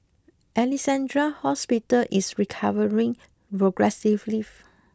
Alexandra Hospital is recovering progressively